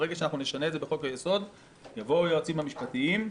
ברגע שנשנה את זה בחוק היסוד יבואו היועצים המשפטיים,